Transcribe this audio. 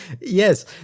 yes